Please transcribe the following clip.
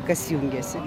kas jungėsi